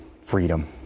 freedom